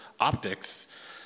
optics